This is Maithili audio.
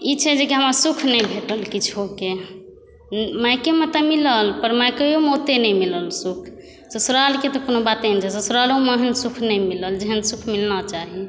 ई छै जे कि हमरा सुख नहि भेटल किछोके मायकेमे तऽ मिलल पर मायकेयोमे ओते नहि मिलल सुख ससुरालके तऽ कोनो बाते नहि छै ससुरालोमे ओहन सुख नहि मिलल जेहन सुख मिलना चाही